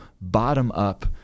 bottom-up